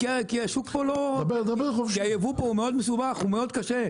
כי היבוא פה הוא מאוד מסובך, הוא מאוד מסובך.